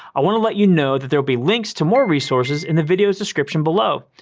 i wanna let you know that there'll be links to more resources in the video description below.